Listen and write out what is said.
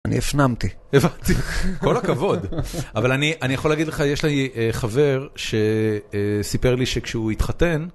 אני הפנמתי, הבנתי. כל הכבוד, אבל אני יכול להגיד לך, יש לי חבר שסיפר לי שכשהוא התחתן...